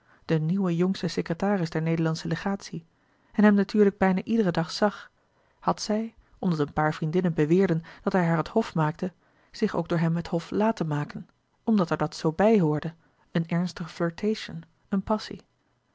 den nieuwen jongsten secretaris der nederlandsche legatie en hem natuurlijk bijna iederen dag zag had zij omdat een paar vriendinnen beweerden dat hij haar het hof maakte zich ook door hem het hof laten maken omdat er dat zoo bij hoorde een ernstige flirtation een passie